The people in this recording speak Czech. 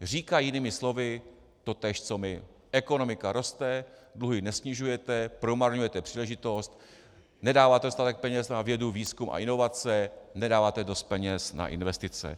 Říká jinými slovy totéž co my: Ekonomika roste, dluhy nesnižujete, promarňujete příležitost, nedáváte dostatek peněz na vědu, výzkum a inovace, nedáváte dost peněz na investice.